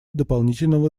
дополнительного